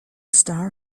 star